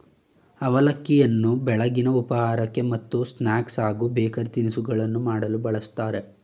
ಅವಲಕ್ಕಿಯನ್ನು ಬೆಳಗಿನ ಉಪಹಾರಕ್ಕೆ ಮತ್ತು ಸ್ನಾಕ್ಸ್ ಹಾಗೂ ಬೇಕರಿ ತಿನಿಸುಗಳನ್ನು ಮಾಡಲು ಬಳ್ಸತ್ತರೆ